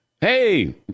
Hey